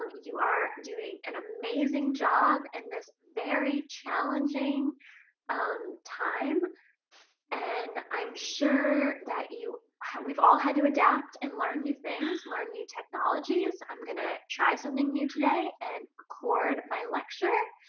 um you are doing an amazing job and this very challenging um time and i'm sure that you we've all had to adapt and learn new things, learn new technologies. i'm gonna try something new today and record my lecture